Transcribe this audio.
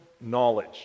knowledge